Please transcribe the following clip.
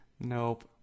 Nope